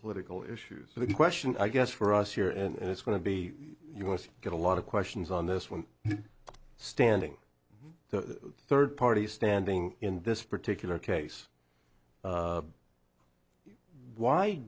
political issues so the question i guess for us here and it's going to be you want to get a lot of questions on this one standing to third party standing in this particular case